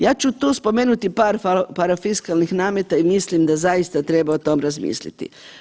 Ja ću tu spomenuti par parafiskalnih nameta i mislim da zaista treba o tom razmisliti.